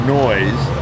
noise